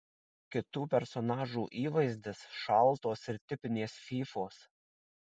kitų personažų įvaizdis šaltos ir tipinės fyfos